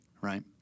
right